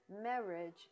marriage